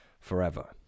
forever